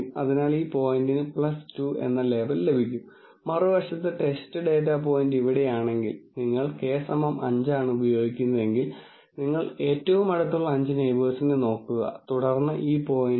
data യഥാർത്ഥത്തിൽ random ആണെന്നോ അല്ലെങ്കിൽ റാൻഡം പ്രോസസ്സിൽ നിന്ന് ഡാറ്റ ജനറേറ്റ് ചെയ്തതാണെന്നോ നിങ്ങൾക്ക് അനുമാനം ഉണ്ടാക്കാം കൂടാതെ ഇത് ഗാസിയൻ ഡിസ്ട്രിബ്യൂഷനാണെന്നും മറ്റും നിങ്ങൾക്ക് ഡിസ്ട്രിബൂഷൻ അനുമാനങ്ങൾ ഉണ്ടാക്കാം